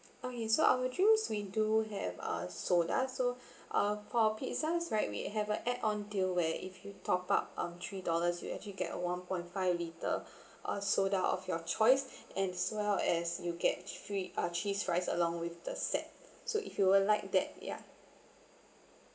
okay so our drinks we do have uh soda so uh for pizzas right we have a add on deal where if you top up um three dollars you actually get a one point five litre uh soda of your choice and as well as you get free uh cheese fries along with the set so if you would like that ya